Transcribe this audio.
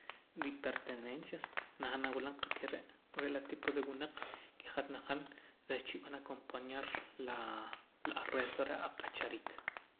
Ripertenencias najaam nawulam qakere' re' la tipo de wunaq ke hat najaam reh chib'an acompañar laa la aresto reh ak'achariik